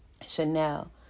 Chanel